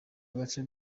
agace